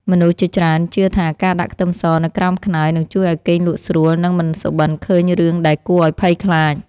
មនុស្សជាច្រើនជឿថាការដាក់ខ្ទឹមសនៅក្រោមខ្នើយនឹងជួយឱ្យគេងលក់ស្រួលនិងមិនសុបិនឃើញរឿងដែលគួរឱ្យភ័យខ្លាច។